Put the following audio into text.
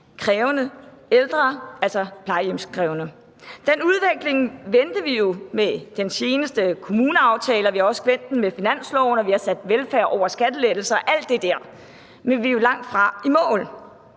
til de allermest plejekrævende ældre. Den udvikling vendte vi jo med den seneste kommuneaftale, og vi har også vendt den med finansloven, og vi har sat velfærd over skattelettelser og alt det der, men vi er jo langtfra i mål.